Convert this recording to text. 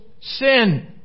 sin